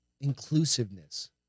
Inclusiveness